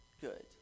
good